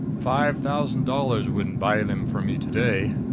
five thousand dollars wouldn't buy them from me to-day!